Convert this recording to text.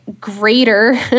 greater